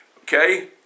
okay